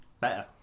Better